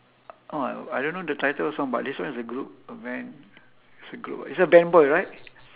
oh I I don't know the title of song but this one is a group of men it's a group ah it's a band boy right